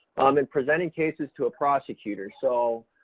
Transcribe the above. um, in presenting cases to a prosecutor, so,